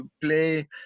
Play